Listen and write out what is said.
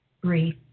brief